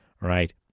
right